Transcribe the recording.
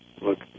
look